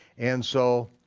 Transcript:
and so